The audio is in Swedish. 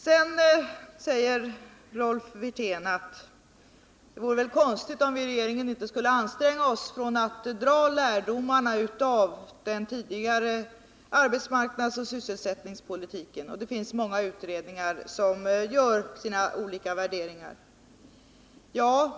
Rolf Wirtén sade att det vore konstigt om regeringen inte skulle anstränga sig för att dra lärdomar av den tidigare arbetsmarknadsoch sysselsättningspolitiken och att det finns många utredningar som gör olika värderingar.